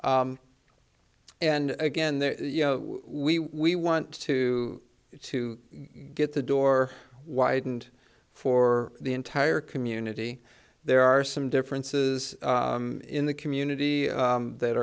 and again there you know we we want to to get the door widened for the entire community there are some differences in the community that